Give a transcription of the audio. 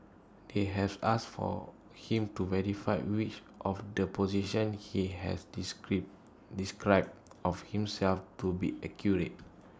they have asked for him to verify which of the positions he has discrete described of himself to be accurate